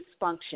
dysfunction